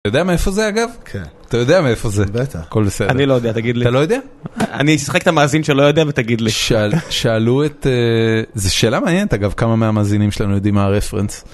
אתה יודע מאיפה זה אגב? כן. אתה יודע מאיפה זה? בטח. הכל בסדר. אני לא יודע, תגיד לי. אתה לא יודע? אני אשחק את המאזין שלא יודע ותגיד לי. שאלו את... זו שאלה מעניינת אגב, כמה מהמאזינים שלנו יודעים מה ה-reference?